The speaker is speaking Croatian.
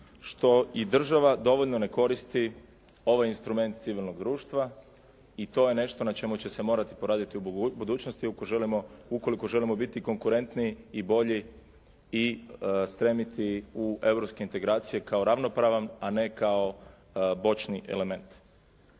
što i država dovoljno ne koristi ovaj instrument civilnog društva i to je nešto na čemu će se morati poraditi u budućnosti ukoliko želimo biti konkurentniji i bolji i stremiti u europske integracije kao ravnopravan, a ne kao bočni element.